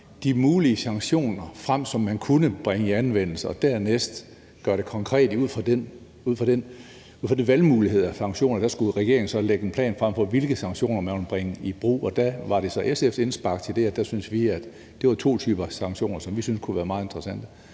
de mulige sanktioner, som man kunne bringe i anvendelse, frem og dernæst gøre det konkret ud fra de valgmuligheder af sanktioner, der er. Der skulle regeringen så lægge en plan frem for, hvilke sanktioner man vil bringe i brug, og der var det er så SF's indspark til det, at vi syntes, det var to typer sanktioner, som vi syntes kunne være meget interessante.